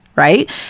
right